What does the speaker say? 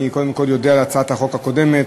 אני קודם כול אודה על הצעת החוק הקודמת